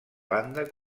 banda